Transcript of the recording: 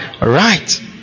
Right